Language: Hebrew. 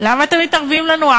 למה אתם מתערבים לנו?